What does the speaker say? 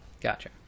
Gotcha